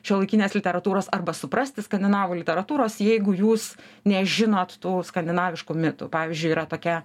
šiuolaikinės literatūros arba suprasti skandinavų literatūros jeigu jūs nežinot tų skandinaviškų mitų pavyzdžiui yra tokia